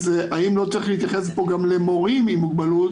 האם לא צריך להתייחס פה גם למורים עם מוגבלות?